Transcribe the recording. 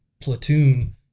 platoon